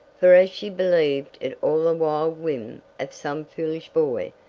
for as she believed it all a wild whim of some foolish boy,